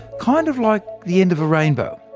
kind of like the end of a rainbow.